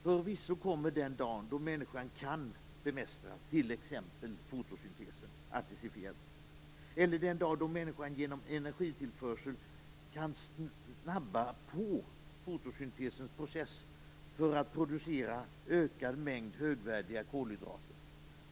Förvisso kommer den dag då människan kan bemästra t.ex. fotosyntesen artificiellt eller den dag då människan genom energitillförsel kan snabba på fotosyntesens process för att producera ökad mängd högvärdiga kolhydrater.